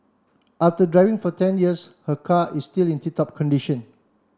after driving for ten years her car is still in tip top condition